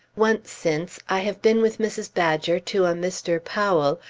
once since, i have been with mrs. badger to a mr. powell,